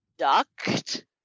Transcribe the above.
Duct